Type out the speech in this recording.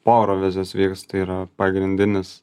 po eurovizijos vyks tai yra pagrindinis